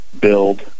build